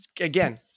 again